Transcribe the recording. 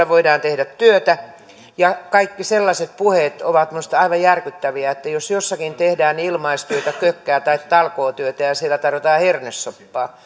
voidaan tehdä työtä ja kaikki sellaiset puheet ovat minusta aivan järkyttäviä että jos jossakin tehdään ilmaistyötä kökkää tai talkootyötä ja ja siellä tarjotaan hernesoppaa